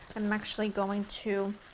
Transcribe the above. i'm actually going to